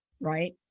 right